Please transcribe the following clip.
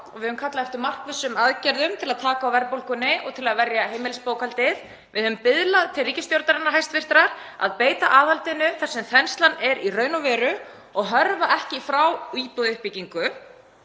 á. Við höfum kallað eftir markvissum aðgerðum til að taka á verðbólgunni og til að verja heimilisbókhaldið. Við höfum biðlað til hæstv. ríkisstjórnar um að beita aðhaldinu þar sem þenslan er í raun og veru, og hörfa ekki frá íbúðauppbyggingu